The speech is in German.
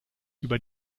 über